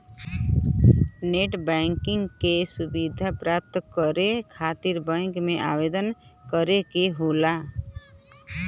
net banking क सुविधा प्राप्त करे खातिर बैंक में आवेदन करे क होला